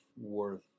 worth